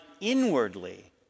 inwardly